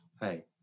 Hey